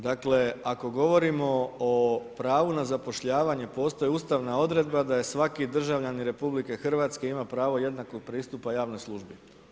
Dakle ako govorimo o pravu na zapošljavanje, postoji ustavna odredba da svaki državljanin RH ima pravo jednakog pristupa javnoj službi.